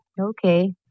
okay